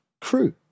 crew